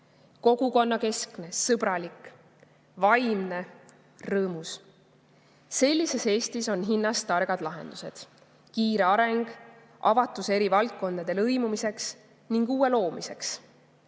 kogukonnakeskne, sõbralik, vaimne, rõõmus. Sellises Eestis on hinnas targad lahendused, kiire areng, avatus eri valdkondade lõimumiseks ning uue loomiseks.